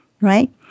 right